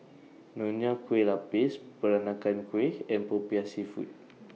Nonya Kueh Lapis Peranakan Kueh and Popiah Seafood